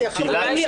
פילטיס,